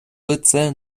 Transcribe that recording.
лице